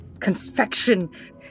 confection